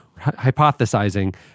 hypothesizing